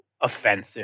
offensive